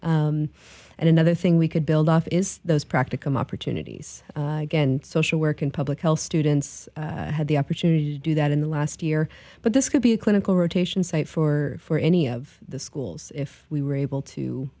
and another thing we could build off is those practicum opportunities again social work and public health students had the opportunity to do that in the last year but this could be a clinical rotations site for for any of the schools if we were able